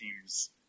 teams